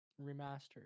remastered